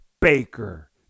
Baker